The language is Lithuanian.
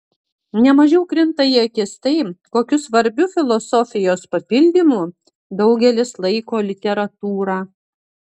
ne mažiau krinta į akis tai kokiu svarbiu filosofijos papildymu daugelis laiko literatūrą